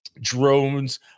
drones